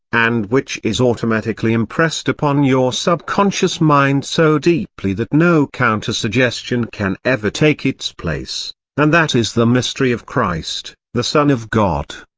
and which is automatically impressed upon your subconscious mind so deeply that no counter-suggestion can ever take its place and that is the mystery of christ, the son of god.